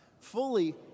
Fully